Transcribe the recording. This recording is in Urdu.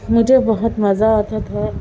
مجھے بہت مزہ آتا تھا